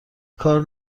کار